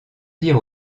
dire